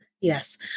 Yes